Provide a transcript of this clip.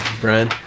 Brian